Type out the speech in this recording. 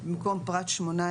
במקום פרט (18)